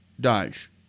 Dodge